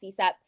CSEP